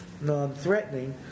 non-threatening